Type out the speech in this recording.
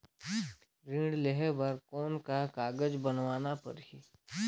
ऋण लेहे बर कौन का कागज बनवाना परही?